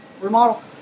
remodel